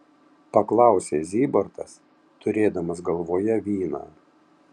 paklausė zybartas turėdamas galvoje vyną